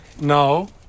No